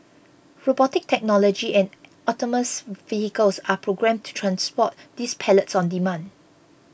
robotic technology and autonomous vehicles are programmed to transport these pallets on demand